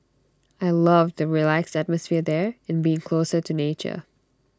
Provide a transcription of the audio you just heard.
I love the relaxed atmosphere there and being closer to nature